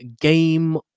game